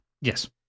Yes